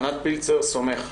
ענת פילצר סומך,